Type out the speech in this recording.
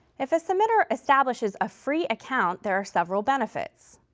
if a submitter establishes a free account, there are several benefits.